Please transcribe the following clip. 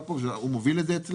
מנהל האגף, והוא מוביל את זה אצלנו.